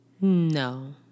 No